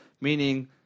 meaning